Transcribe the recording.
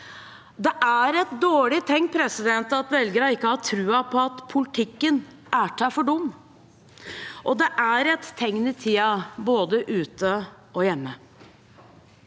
Det er et dårlig tegn at velgerne ikke har troen på at politikken er til for dem, og det er et tegn i tida både ute og hjemme.